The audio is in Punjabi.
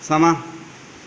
ਸਮਾਂ